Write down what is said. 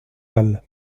mâles